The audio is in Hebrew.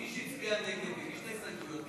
מי שהצביע נגד והגיש את ההסתייגויות,